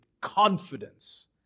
confidence